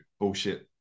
bullshit